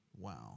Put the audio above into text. Wow